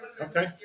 Okay